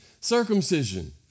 circumcision